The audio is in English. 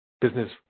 business